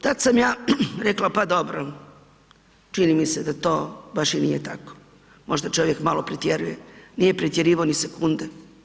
Tad sam ja rekla, pa dobro, čini mi se da to baš i nije tako, možda čovjek malo pretjeruje, nije pretjerivao ni sekunde.